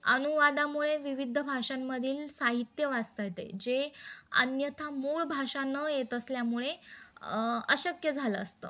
अनुवादामुळे विविद्ध भाषांमधील साहित्य वाचता येत जे अन्यथा मूळ भाषा न येत असल्यामुळे अ अशक्य झालं असतं